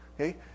Okay